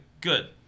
Good